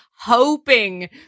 hoping